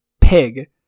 pig